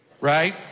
right